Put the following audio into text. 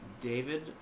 David